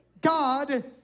God